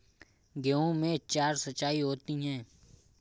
गेहूं में चार सिचाई होती हैं